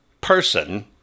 person